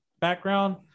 background